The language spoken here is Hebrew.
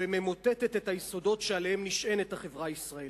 וממוטטת את היסודות שעליהם נשענת החברה הישראלית.